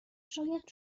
شاید